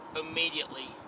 immediately